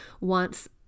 wants